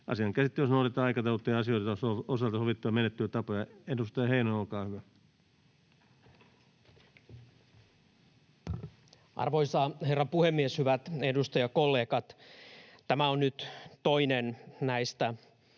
Asian käsittelyssä noudatetaan aikataulutettujen asioiden osalta sovittuja menettelytapoja. — Edustaja Heinonen, olkaa hyvä. Arvoisa herra puhemies! Hyvät edustajakollegat! Tämä on nyt toinen näistä